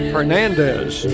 Hernandez